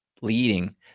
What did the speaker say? leading